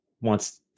wants